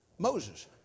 Moses